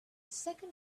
second